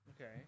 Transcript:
okay